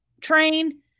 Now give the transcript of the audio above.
train